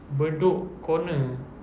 bedok corner